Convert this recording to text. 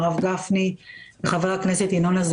הרב גפני,